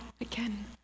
again